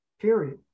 Period